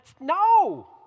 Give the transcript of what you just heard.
No